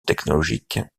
technologique